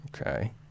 Okay